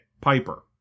Piper